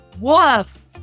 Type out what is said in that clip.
Woof